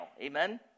amen